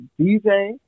DJ